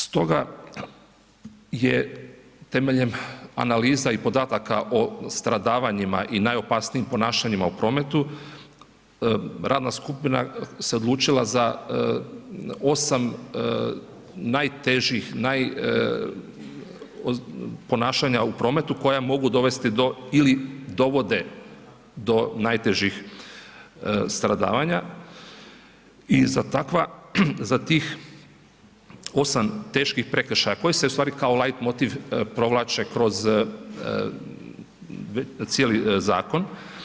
Stoga je temeljem analiza i podataka o stradavanjima i najopasnijim ponašanjima u prometu, radna skupina se odlučila za 8 najtežih, naj ponašanja u prometu koja mogu dovesti do ili dovode do najtežih stradavanja i za takva, za tih 8 teških prekršaja koji se u stvari kao lajtmotiv provlače kroz cijeli zakon.